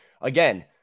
Again